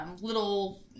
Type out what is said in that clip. little